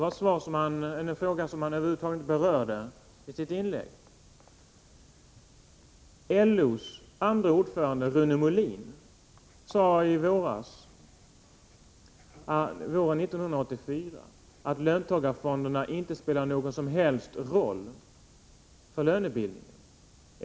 Det var en fråga som han över huvud taget inte berörde i sitt inlägg. LO:s andre ordförande Rune Molin sade våren 1984 att löntagarfonderna inte spelade någon som helst roll för lönebildningen.